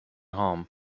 home